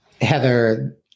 Heather